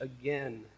again